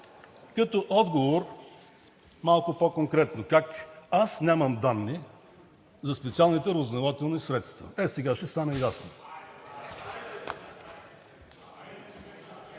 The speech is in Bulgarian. като отговор малко по-конкретно как аз нямам данни за специалните разузнавателни средства. Е, сега ще стане ясно!